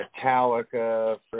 Metallica